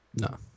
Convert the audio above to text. No